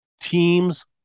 Teams